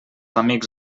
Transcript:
amics